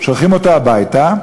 שולחים אותו הביתה,